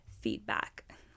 feedback